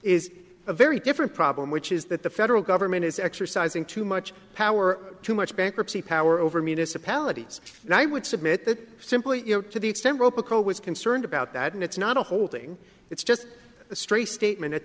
is a very different problem which is that the federal government is exercising too much power too much bankruptcy power over municipalities and i would submit that simply to the extent robocall was concerned about that and it's not a holding it's just a stray statement at